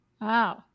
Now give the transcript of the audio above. Wow